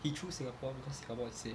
he choose singapore because singapore is safe